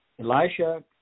Elisha